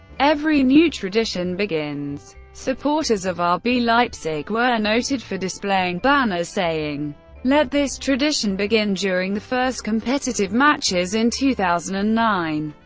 every new tradition begins. supporters of ah rb leipzig were noted for displaying banners saying let this tradition begin during the first competitive matches in two thousand and nine,